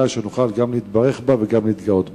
שנוכל גם להתברך בה וגם להתגאות בה.